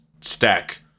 stack